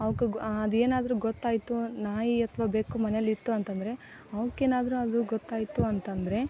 ಅವ್ಕೆ ಅದು ಏನಾದರು ಗೊತ್ತಾಯಿತು ನಾಯಿ ಅಥವಾ ಬೆಕ್ಕು ಮನೆಯಲ್ಲಿತ್ತು ಅಂತಂದರೆ ಅವಕ್ಕೆನಾದ್ರೂ ಅದು ಗೊತ್ತಾಯಿತು ಅಂತಂದ್ರೆ